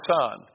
son